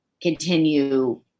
continue